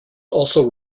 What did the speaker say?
also